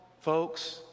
folks